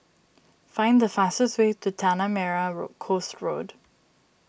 find the fastest way to Tanah Merah Coast Road